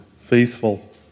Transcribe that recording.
faithful